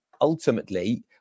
ultimately